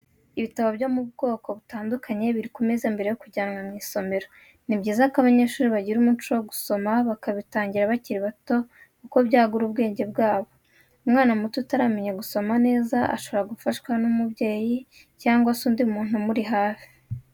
Ibitabo by'ubwoko butandukanye biri ku meza mbere yo kujyanwa mU isomero, ni byiza ko abanyeshuri bagira umuco wo gusoma bakabitangira bakiri bato kuko byagura ubwenge bwabo, umwana muto utaramenya gusoma neza shobora gufashwa n'umubyeyi cyangwa se undi muntu umuri hafi.